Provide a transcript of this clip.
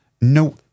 No